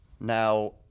Now